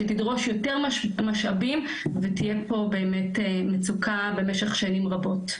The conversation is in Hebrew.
שתדרוש יותר משאבים ותהיה פה באמת מצוקה במשך שנים רבות.